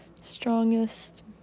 strongest